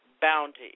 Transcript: bounty